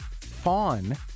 Fawn